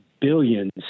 billions